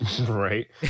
Right